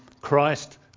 Christ